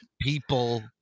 people